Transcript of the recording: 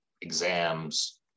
exams